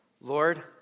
Lord